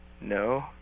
No